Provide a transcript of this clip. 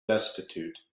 destitute